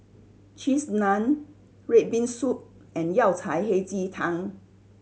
Cheese Naan red bean soup and Yao Cai Hei Ji Tang